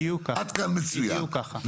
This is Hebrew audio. בדיוק, בדיוק כך.